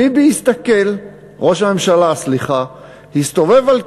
ביבי הסתכל, ראש הממשלה,